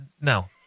No